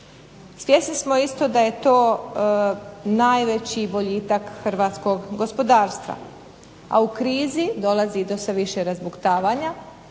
Svjesni smo isto da je to najveći boljitak hrvatskog gospodarstva, a u krizi dolazi do sve više razbuktavanja,